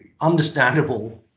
understandable